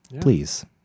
please